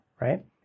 right